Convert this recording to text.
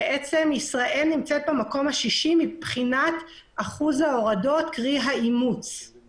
ישראל נמצאת במקום השישי מבחינת אימוץ האפליקציה בידי האזרחים.